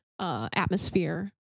Atmosphere